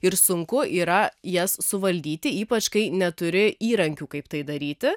ir sunku yra jas suvaldyti ypač kai neturi įrankių kaip tai daryti